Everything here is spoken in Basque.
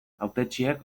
hautetsiek